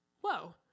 whoa